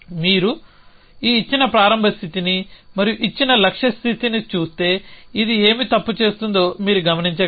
మీరు ఈ ఇచ్చిన ప్రారంభ స్థితిని మరియు ఇచ్చిన లక్ష్య స్థితిని చూస్తే ఇది ఏమి తప్పు చేస్తుందో మీరు గమనించగలరా